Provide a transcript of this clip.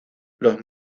los